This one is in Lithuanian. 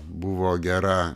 buvo gera